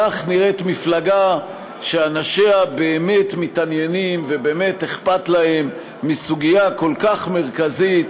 כך נראית מפלגה שאנשיה באמת מתעניינים ובאמת אכפת להם מסוגיה כל כך מרכזית